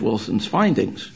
wilson's findings